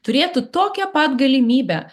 turėtų tokią pat galimybę